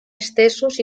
estesos